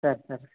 sir sir